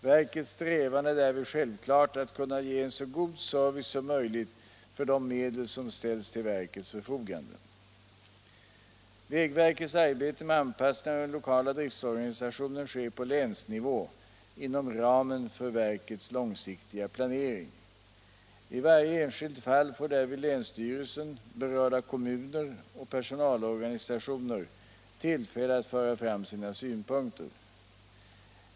Verkets strävan är därvid självklart att kunna ge en så god service som möjligt för de medel som ställs till verkets förfogande. Vägverkets arbete med anpassningen av den lokala driftorganisationen sker på länsnivå inom ramen för verkets långsiktiga planering. I varje enskilt fall får därvid länsstyrelsen, berörda kommuner och personalorganisationer tillfälle att föra fram sina synpunkter.